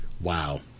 wow